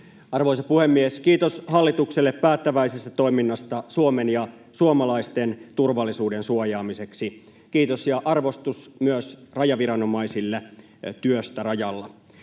Arvoisa puhemies! Kiitos hallitukselle päättäväisestä toiminnasta Suomen ja suomalaisten turvallisuuden suojaamiseksi. Kiitos ja arvostus myös rajaviranomaisille työstä rajalla.